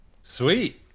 Sweet